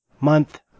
month